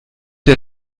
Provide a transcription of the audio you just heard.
der